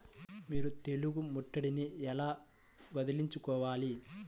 మీరు తెగులు ముట్టడిని ఎలా వదిలించుకోవాలి?